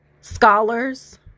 scholars